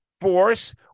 force